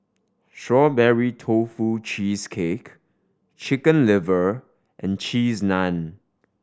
Strawberry Tofu Cheesecake Chicken Liver and Cheese Naan